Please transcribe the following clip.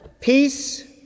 peace